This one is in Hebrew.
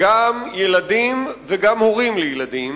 גם ילדים וגם הורים לילדים.